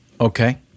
Okay